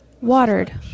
watered